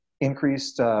increased